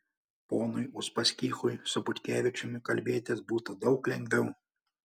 ponui uspaskichui su butkevičiumi kalbėtis būtų daug lengviau